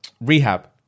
rehab